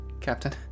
Captain